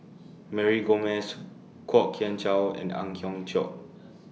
Mary Gomes Kwok Kian Chow and Ang Hiong Chiok